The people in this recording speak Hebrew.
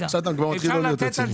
עכשיו אתה כבר מתחיל לא להיות רציני.